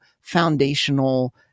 foundational